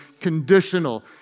conditional